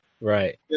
Right